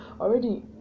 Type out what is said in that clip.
already